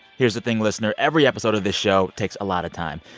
here's the thing, listener. every episode of the show takes a lot of time.